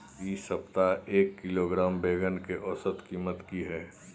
इ सप्ताह एक किलोग्राम बैंगन के औसत कीमत की हय?